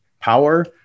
power